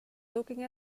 looking